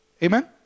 Amen